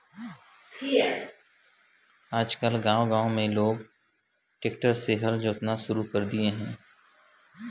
गांव गांव मे लोग मन जघा टेक्टर होय ले सुरू होये गइसे